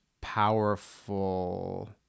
powerful